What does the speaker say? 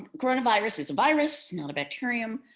coronavirus is a virus, not a bacterium.